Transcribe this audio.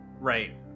Right